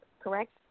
correct